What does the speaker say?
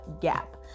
gap